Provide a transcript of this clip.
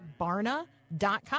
barna.com